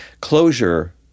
Closure